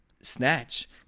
Snatch